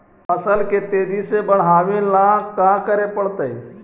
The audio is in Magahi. फसल के तेजी से बढ़ावेला का करे पड़तई?